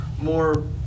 more